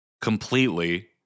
completely